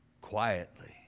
quietly